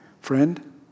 Friend